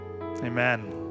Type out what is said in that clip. Amen